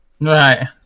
Right